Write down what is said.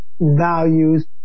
values